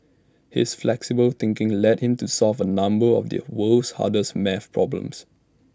his flexible thinking led him to solve A number of the world's hardest math problems